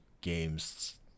games